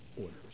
orders